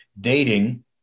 dating